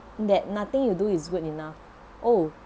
that nothing you do is good enough oh